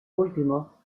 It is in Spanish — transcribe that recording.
último